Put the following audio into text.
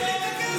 זה לא גזע?